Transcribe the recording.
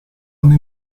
hanno